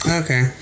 okay